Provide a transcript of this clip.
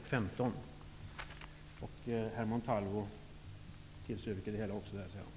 Ny demokrati yrkar alltså bifall till reservationerna 1, 5 och 15.